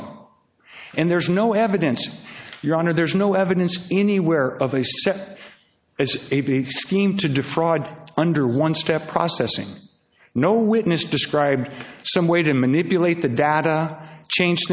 him and there's no evidence your honor there's no evidence anywhere of a step as a scheme to defraud under one step processing no witness described some way to manipulate the data change